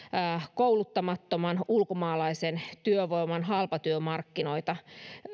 kouluttamattoman ulkomaalaisen työvoiman halpatyömarkkinoita